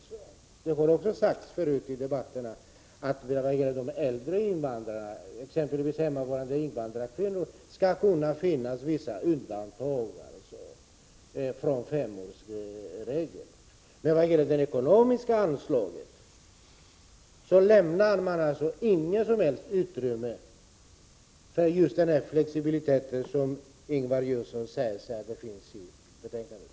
Det har också sagts förut att i fråga om de äldre invandrarna, exempelvis hemmavarande invandrarkvinnor, skall undantag kunna göras från femårsregeln, men vad gäller det ekonomiska anslaget lämnas inget som helst utrymme för den flexibilitet som Ingvar Johnsson säger finns i betänkandet.